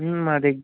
మా దగ్